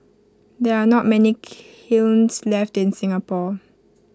there are not many kilns left in Singapore